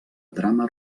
drama